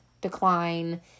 decline